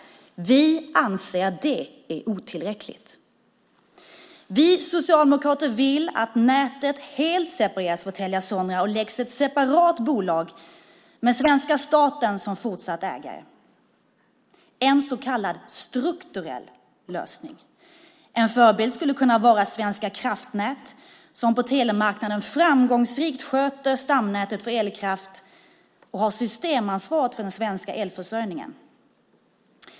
Vi anser att detta är otillräckligt. Vi socialdemokrater vill att nätet helt separeras från Telia Sonera och läggs i ett separat bolag med svenska staten som fortsatt ägare, en så kallad strukturell lösning. En förebild skulle kunna vara Svenska kraftnät som på elmarknaden framgångsrikt sköter stamnätet för elkraft och har systemansvaret för den svenska elförsörjningen.